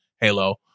Halo